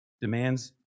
demands